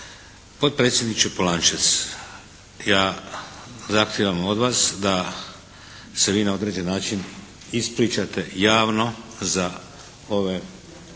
Potpredsjedniče Polančec, ja zahtijevam od vas da se vi na određeni način ispričate javno za ove